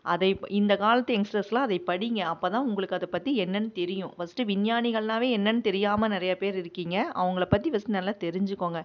அதை இப் இந்த காலத்து யங்ஸ்டர்ஸ்லாம் அதை படியுங்க அப்போ தான் உங்களுக்கு அதை பற்றி என்னென்னு தெரியும் ஃபஸ்ட்டு விஞ்ஞானிகள்னாவே என்னென்னு தெரியாமல் நிறையா பேர் இருக்கிங்க அவங்கள பற்றி ஃபஸ்ட் நல்லா தெரிஞ்சுக்கோங்க